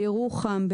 בירוחם,